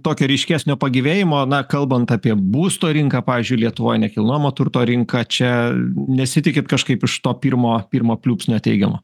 tokio ryškesnio pagyvėjimo na kalbant apie būsto rinką pavyzdžiui lietuvoj nekilnojamo turto rinką čia nesitikit kažkaip iš to pirmo pirmo pliūpsnio teigiamo